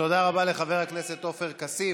תודה רבה לחבר הכנסת עופר כסיף.